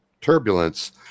turbulence